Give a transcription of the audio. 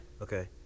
Okay